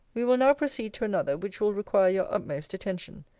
we will now proceed to another, which will require your utmost attention.